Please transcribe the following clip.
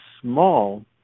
small